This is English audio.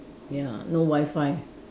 ya no Wi-Fi